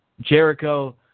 Jericho